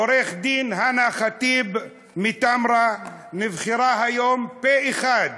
עורכת-הדין הנא ח'טיב מטמרה נבחרה היום פה-אחד